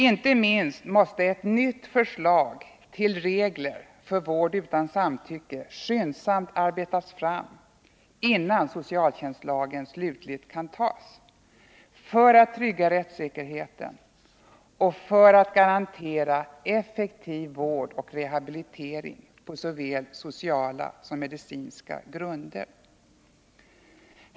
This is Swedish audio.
Inte minst måste ett nytt förslag till regler för vård utan samtycke skyndsamt arbetas fram innan socialtjänstlagen slutligen kan antas — detta för att trygga rättssäkerheten och för att garantera effektiv vård och rehabilitering på såväl sociala som medicinska grunder.